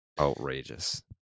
outrageous